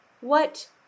What